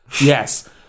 yes